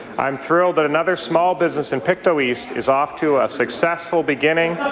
i'm thrilled that another small business in pictou east is off to a successful beginning,